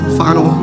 final